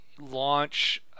launch